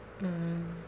mm